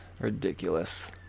Ridiculous